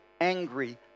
angry